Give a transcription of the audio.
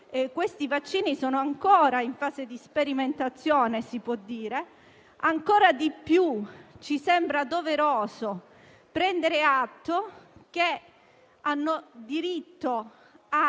questi vaccini sono ancora in fase di sperimentazione), ancora di più ci sembra doveroso prendere atto che hanno diritto ad